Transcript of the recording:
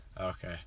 Okay